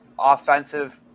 Offensive